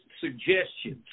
suggestions